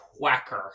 quacker